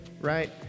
right